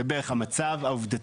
זה בערך המצב העובדתי.